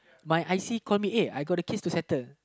my I_C called me uh I got a case to settle